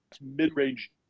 mid-range